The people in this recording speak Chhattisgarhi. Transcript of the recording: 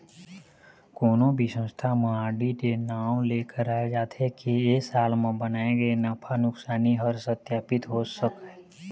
कोनो भी संस्था म आडिट ए नांव ले कराए जाथे के ए साल म बनाए गे नफा नुकसानी ह सत्पापित हो सकय